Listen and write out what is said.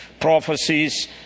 prophecies